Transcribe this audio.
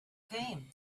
came